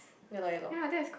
ya loh ya loh